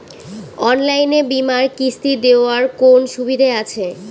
অনলাইনে বীমার কিস্তি দেওয়ার কোন সুবিধে আছে?